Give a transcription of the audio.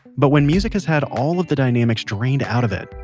but when music has had all of the dynamics drained out of it,